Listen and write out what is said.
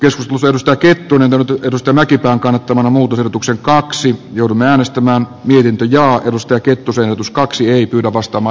jos osoitusta kettunen totuttelusta mäkipään kannattamana muutosehdotuksen kaksi viulunäänestämään viljelty jo ajatusta kettusen tuskaksi opastama